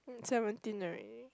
seventeen already